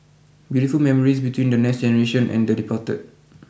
beautiful memories between the next generation and the departed